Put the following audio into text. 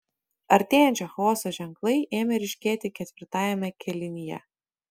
artėjančio chaoso ženklai ėmė ryškėti ketvirtajame kėlinyje